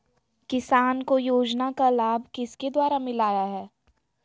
किसान को योजना का लाभ किसके द्वारा मिलाया है?